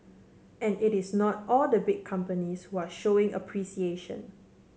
and it is not all the big companies who are showing appreciation